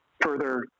further